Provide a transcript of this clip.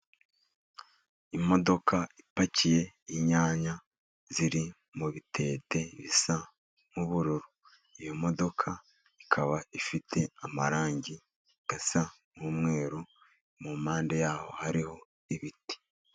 Imodoka ipakiye inyanya ziri mu bitete bisa nk'ubururu. Iyo modoka ikaba ifite amarangi asa n'umweruru, mu mpande yaho hariho ibiti.